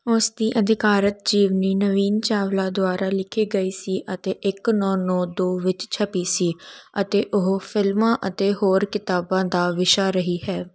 ਉਸ ਦੀ ਅਧਿਕਾਰਤ ਜੀਵਨੀ ਨਵੀਨ ਚਾਵਲਾ ਦੁਆਰਾ ਲਿਖੀ ਗਈ ਸੀ ਅਤੇ ਇੱਕ ਨੌਂ ਨੌਂ ਦੋ ਵਿੱਚ ਛਪੀ ਸੀ ਅਤੇ ਉਹ ਫਿਲਮਾਂ ਅਤੇ ਹੋਰ ਕਿਤਾਬਾਂ ਦਾ ਵਿਸ਼ਾ ਰਹੀ ਹੈ